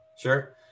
sure